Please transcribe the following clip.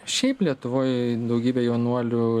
šiaip lietuvoj daugybė jaunuolių